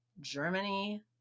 Germany